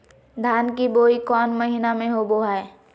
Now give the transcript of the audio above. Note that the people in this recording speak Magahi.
धान की बोई कौन महीना में होबो हाय?